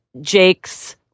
Jake's